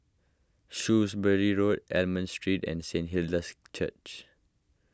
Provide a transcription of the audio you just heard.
Shrewsbury Road Almond Street and Saint Hilda's Church